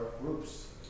groups